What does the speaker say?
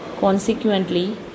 consequently